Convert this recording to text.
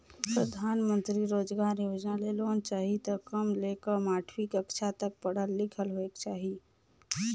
परधानमंतरी रोजगार योजना ले लोन चाही त कम ले कम आठवीं कक्छा तक पढ़ल लिखल होएक चाही